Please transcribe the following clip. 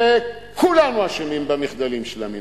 וכולנו אשמים במחדלים של המינהל.